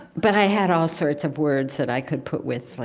but i had all sorts of words that i could put with, like,